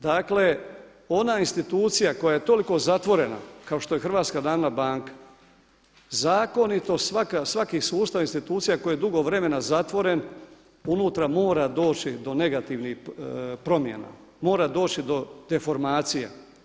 Dakle, ona institucija koja je toliko zatvorena kao što je Hrvatska narodna banka zakonito svaki sustav, institucija koji je dugo vremena zatvoren unutra mora doći do negativnih promjena, mora doći do deformacija.